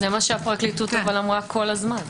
זה מה שהפרקליטות אמרה כל הזמן.